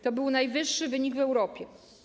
To był najwyższy wynik w Europie.